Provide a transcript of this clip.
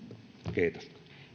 kiitos